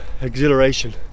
exhilaration